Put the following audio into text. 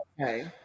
okay